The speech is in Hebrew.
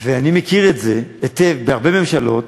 אני מכיר את זה היטב מהרבה ממשלות,